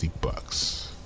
bucks